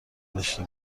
داشته